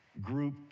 group